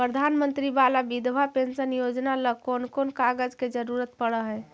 प्रधानमंत्री बाला बिधवा पेंसन योजना ल कोन कोन कागज के जरुरत पड़ है?